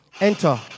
enter